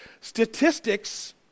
Statistics